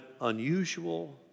unusual